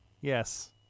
Yes